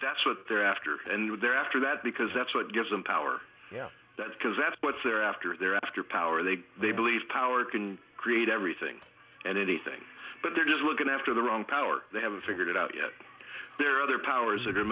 that's what they're after and what they're after that because that's what gives them power yeah that's because that's what they're after they're after power they they believe power can create everything and anything but they're just looking after their own power they haven't figured it out yet there are other powers